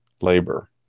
labor